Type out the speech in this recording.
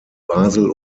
basel